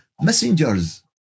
messengers